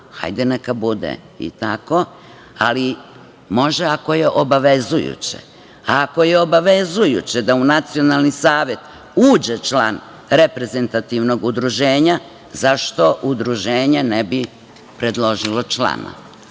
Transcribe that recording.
Hajde neka bude i tako, ali može ako je obavezujuće. Ako je obavezujuće da u Nacionalni savet uđe član reprezentativnog udruženja, zašto udruženje ne bi predložilo člana? Uz